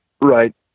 right